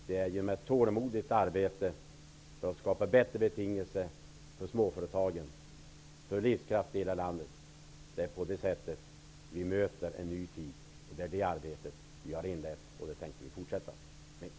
Det är genom tålmodigt arbete för bättre betingelser för småföretagen och för livskraft i hela landet som vi bör möta en ny tid. Det arbetet har vi inlett, och det arbetet tänker vi fortsätta med.